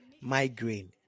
migraine